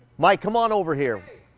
mike, come on over here!